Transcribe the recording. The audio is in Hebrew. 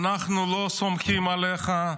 אנחנו לא סומכים עליך.